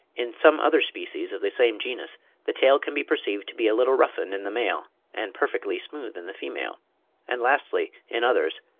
in some other species of the same genus the tail can be perceived to be a little roughened in the male and perfectly smooth in the female and lastly in others,